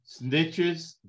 Snitches